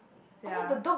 ya